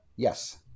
Yes